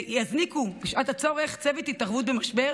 ויזניקו בשעת הצורך צוות התערבות במשבר